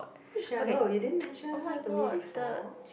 who is Cheryl you didn't mention her to me before